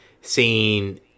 seeing